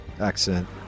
accent